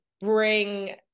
bring